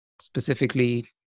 specifically